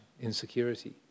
insecurity